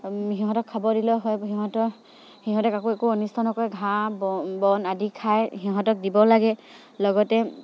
সিহঁতক খাব দিলেও হয় সিহঁতক সিহঁতে কাকো একো অনিষ্ট নকৰে ঘাঁহ বন আদি খাই সিহঁতক দিব লাগে লগতে